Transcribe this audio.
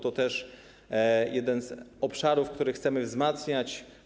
To też jeden z obszarów, które chcemy wzmacniać.